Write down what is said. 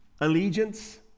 allegiance